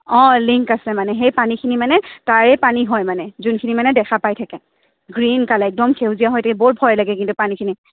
অঁ লিংক আছে মানে সেই পানীখিনি মানে তাৰে পানী হয় মানে যোনখিনি মানে দেখা পাই থাকে গ্ৰীন কালাৰ একদম সেউজীয়া হৈ থাকে বহুত ভয় লাগে কিন্তু পানীখিনি